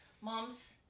Mom's